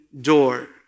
door